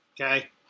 Okay